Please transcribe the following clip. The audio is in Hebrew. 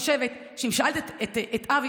אני חושבת שאם שאלת את אבי,